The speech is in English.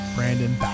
Brandon